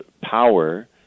power